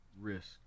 risk